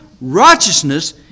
righteousness